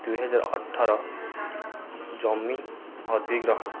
ଦୁଇ ହଜାର ଅଠର ଜମି ଅଧିଗ୍ରହଣ